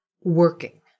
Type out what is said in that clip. working